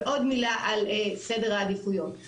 ועוד מילה על סדרי העדיפויות,